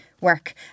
work